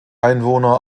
einwohner